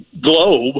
globe